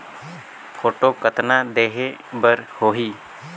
Photo कतना देहें बर होहि?